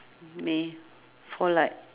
me for like